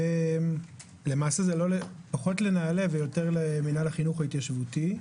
למעשה זה פחות לנעל"ה ויותר למנהל החינוך ההתיישבותי.